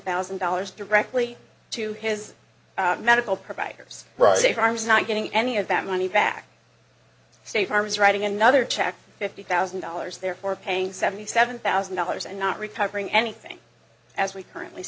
thousand dollars directly to his medical providers but a farmer is not getting any of that money back state farm is writing another check fifty thousand dollars therefore paying seventy seven thousand dollars and not recovering anything as we currently